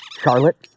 Charlotte